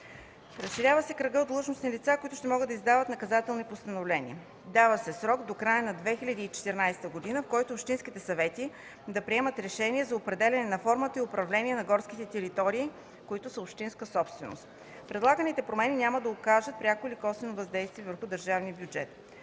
Разширява се кръгът от длъжностни лица, които ще могат да издават наказателни постановления. Дава се срок до края на 2014 г., в който общинските съвети да приемат решение за определяне на формата на управление на горските територии – общинска собственост. Предлаганите промени няма да окажат пряко или косвено въздействие върху държавния бюджет.